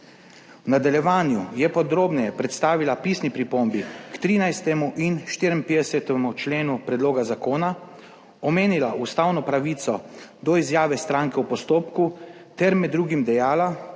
V nadaljevanju je podrobneje predstavila pisni pripombi k 13. in 54. členu predloga zakona, omenila ustavno pravico do izjave stranke v postopku ter med drugim dejala,